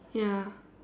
ya